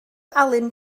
alun